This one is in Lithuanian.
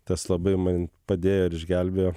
tas labai man padėjo ir išgelbėjo